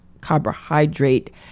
carbohydrate